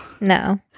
No